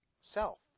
Self